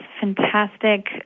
fantastic